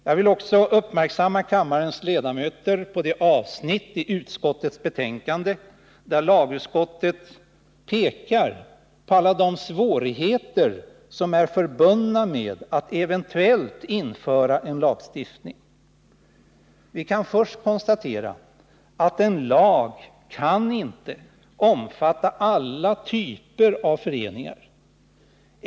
Jag vill också göra kammarens ledamöter uppmärksamma på det avsnitt i utskottets betänkande där lagutskottet pekar på alla de svårigheter som är förbundna med ett eventuellt införande av lagstiftning. Vi kan först konstatera att en lag inte kan omfatta alla typer av föreningar.